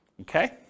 okay